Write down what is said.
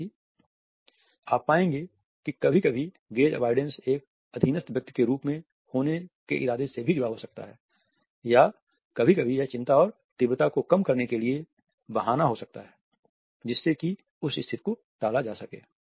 हालाँकि आप पाएंगे कि कभी कभी गेज़ अवोइड़ेन्स एक अधीनस्थ व्यक्ति के रूप में होने के इरादे से जुड़ा हो सकता है या कभी कभी यह चिंता और तीव्रता को कम करने के लिए बहाना हो सकता है जिससे कि उस स्थिति को टाला जा सके